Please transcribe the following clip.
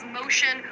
motion